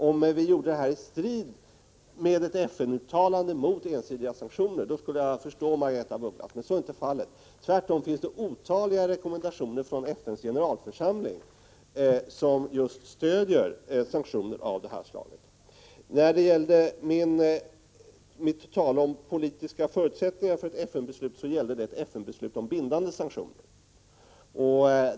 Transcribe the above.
Om vi gjorde detta i strid med ett FN-uttalande mot ensidiga sanktioner skulle jag förstå Margaretha af Ugglas, men så är inte fallet. Tvärtom finns det otaliga rekommendationer från FN:s generalförsamling som just stöder sanktioner av detta slag. 49 Mitt tal om politiska förutsättningar för FN-beslut gällde bindande sanktioner.